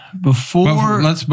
before-